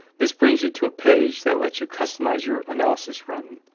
this brings you to a page that lets you customize your analysis run.